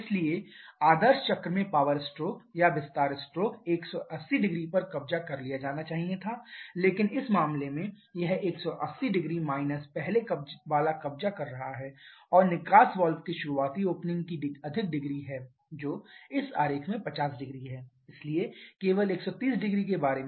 इसलिए आदर्श चक्र में पावर स्ट्रोक या विस्तार स्ट्रोक 1800 पर कब्जा कर लिया जाना चाहिए था लेकिन इस मामले में यह 1800 माइनस पहले वाला कब्जा कर रहा है और निकास वाल्व के शुरुआती ओपनिंग की अधिक डिग्री है जो इस आरेख में 500 है इसलिए केवल 1300 के बारे में